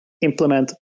implement